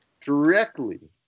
directly